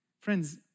Friends